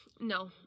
No